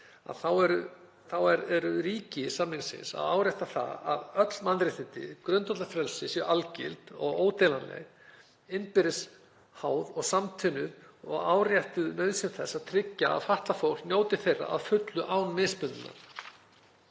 eru ríki samningsins að árétta það að öll mannréttindi og grundvallarfrelsi séu algild og óumdeilanleg, innbyrðis háð og samtvinnuð, og áréttuð nauðsyn þess að tryggja að fatlað fólk njóti þeirra að fullu án mismununar.